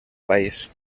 país